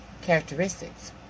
characteristics